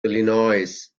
illinois